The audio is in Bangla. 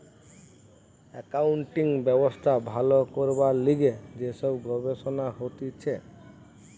একাউন্টিং ব্যবস্থা ভালো করবার লিগে যে সব গবেষণা হতিছে